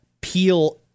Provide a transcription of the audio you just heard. Peel